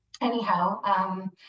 anyhow